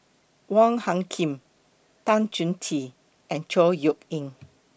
Wong Hung Khim Tan Chong Tee and Chor Yeok Eng